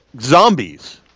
zombies